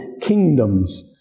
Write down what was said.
kingdoms